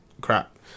crap